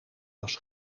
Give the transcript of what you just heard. was